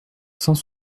cent